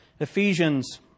Ephesians